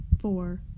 four